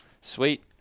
Sweet